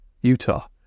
Utah